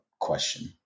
question